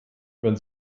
wenn